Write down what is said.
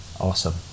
Awesome